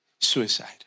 suicide